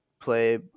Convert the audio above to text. play